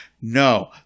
No